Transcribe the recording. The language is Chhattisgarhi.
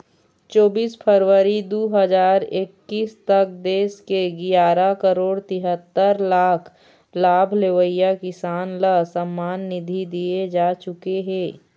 चोबीस फरवरी दू हजार एक्कीस तक देश के गियारा करोड़ तिहत्तर लाख लाभ लेवइया किसान ल सम्मान निधि दिए जा चुके हे